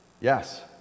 yes